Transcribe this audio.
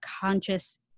conscious